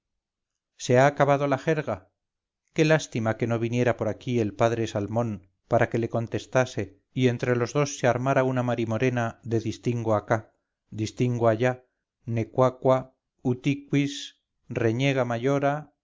se ha acabado la jerga qué lástima que no viniera por aquí el padre salmón para que le contestase y entre los dos se armara una marimorena de distingo acá distingo allá necuacua útiquis reñega mayora